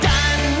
Dan